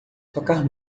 tocar